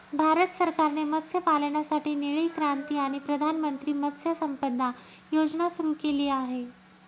भारत सरकारने मत्स्यपालनासाठी निळी क्रांती आणि प्रधानमंत्री मत्स्य संपदा योजना सुरू केली आहे